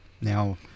Now